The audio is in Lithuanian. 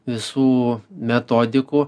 visų metodikų